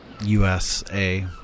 USA